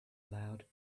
aloud